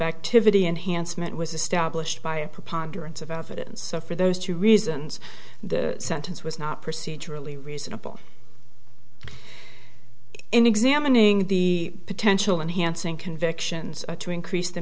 activity enhancement was established by a preponderance of evidence so for those two reasons the sentence was not procedurally reasonable in examining the potential and hansing convictions to increase the